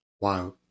wow